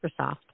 Microsoft